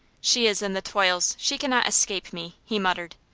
she is in the toils! she cannot escape me! he muttered.